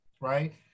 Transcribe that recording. right